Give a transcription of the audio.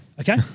okay